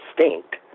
distinct